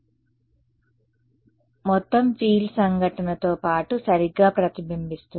కాబట్టి మొత్తం ఫీల్డ్ సంఘటనతో పాటు సరిగ్గా ప్రతిబింబిస్తుంది